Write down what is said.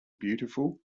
beautiful